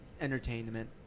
entertainment